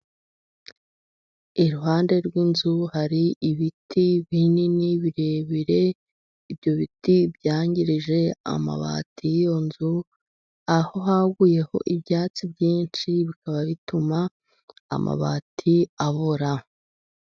Iruhande rw'inzu hari ibiti binini birebire. Ibyo biti byangije amabati y'iyo nzu. Aho haguyeho ibyatsi byinshi bikaba bituma amabati abora.